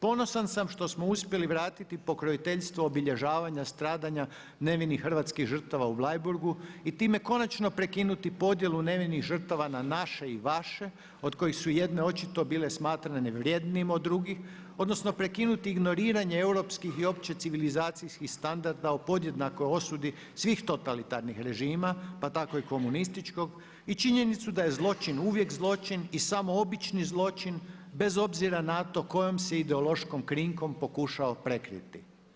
Ponosan sam što smo uspjeli vratiti pokroviteljstvo obilježavanja stradanja nevinih hrvatski žrtava u Bleiburgu i time konačno prekinuti podjelu nevinih žrtava na naše i vaše od kojih su jedne očito bile smatrane vrjednijim od drugih, odnosno prekinuti ignoriranje europskih i općecivilizacijskih i standarda o podjednakoj osudi svih totalitarnih režima pa tako i komunističkog i činjenicu da je zločin uvijek zločin i samo obični zločin bez obzira na to kojom se ideološkom krinkom pokušao prekriti.